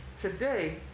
Today